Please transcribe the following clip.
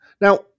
Now